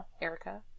Erica